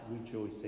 rejoicing